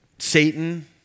Satan